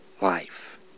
life